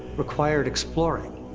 required exploring.